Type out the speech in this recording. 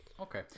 Okay